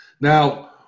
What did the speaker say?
Now